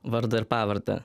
vardą ir pavardę